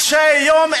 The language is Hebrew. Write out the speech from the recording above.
קשי יום,